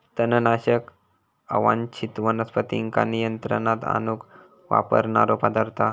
तणनाशक अवांच्छित वनस्पतींका नियंत्रणात आणूक वापरणारो पदार्थ हा